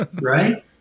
right